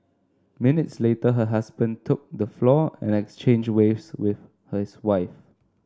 minutes later her husband took the floor and exchanged waves with hers wife